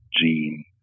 gene